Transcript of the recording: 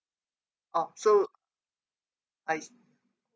oh so I see